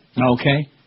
Okay